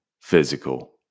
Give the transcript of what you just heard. physical